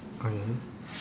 okay